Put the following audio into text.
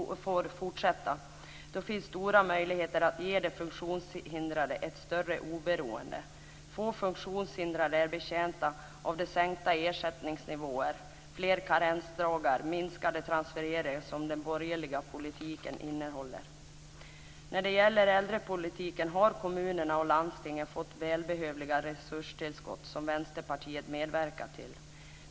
Då finns det stora möjligheter att ge de funktionshindrade ett större oberoende. Få funktionshindrade är betjänta av de sänkta ersättningsnivåer, fler karensdagar och minskade transfereringar som den borgerliga politiken innehåller. När det gäller äldrepolitiken har kommunerna och landstingen fått välbehövliga resurstillskott som Vänsterpartiet medverkat till.